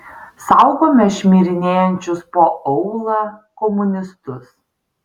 saugome šmirinėjančius po aūlą komunistus